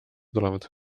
tulevad